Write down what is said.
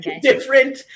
Different